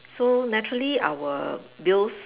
so naturally our bills